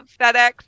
fedex